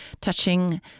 touching